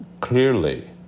Clearly